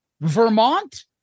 Vermont